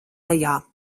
lejā